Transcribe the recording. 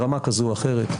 ברמה כזו או אחרת,